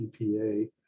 EPA